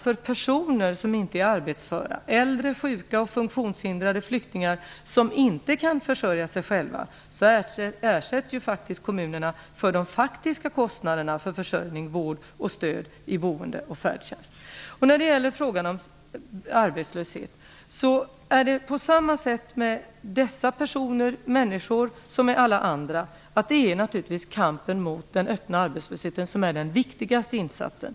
För personer som inte är arbetsföra - äldre, sjuka och funktionshindrade flyktingar som inte kan försörja sig själva - ersätts kommunerna dessutom för de faktiska kostnaderna för försörjning, vård och stöd i boende och med färdtjänst. Problemet med arbetslösheten är samma för dessa människor som för alla andra arbetslösa. Det är naturligtvis kampen mot den öppna arbetslösheten som är den viktigaste insatsen.